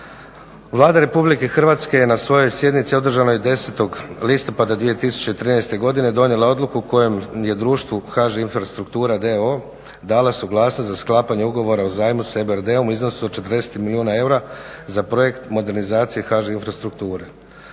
Vlada Republike Hrvatske je na svojoj sjednici održanoj 10. listopada 2013. godine donijela odluku kojim je društvu HŽ Infrastruktura d.o.o. dala suglasnost za sklapanje ugovora o zajmu s EBRD-om u iznosu od 40 milijuna eura za projekt modernizacije HŽ Infrastrukture.